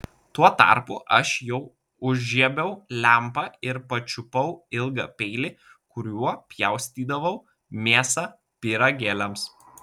tuo tarpu aš jau užžiebiau lempą ir pačiupau ilgą peilį kuriuo pjaustydavau mėsą pyragėliams